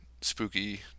spooky